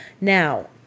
Now